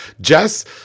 Jess